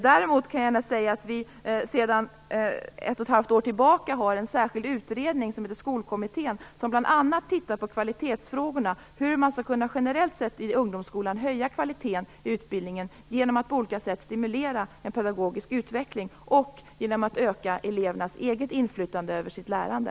Däremot kan jag gärna säga att vi sedan ett och ett halvt år tillbaka har en särskild utredning som heter Skolkommittén, som bl.a. tittar på kvalitetsfrågorna, hur man generellt sett skall kunna höja kvaliteten på utbildningen i ungdomsskolan genom att på olika sätt stimulera en pedagogisk utveckling och genom att öka elevernas eget inflytande över sitt lärande.